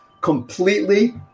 completely